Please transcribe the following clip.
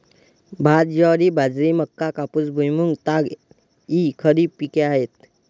भात, ज्वारी, बाजरी, मका, कापूस, भुईमूग, ताग इ खरीप पिके आहेत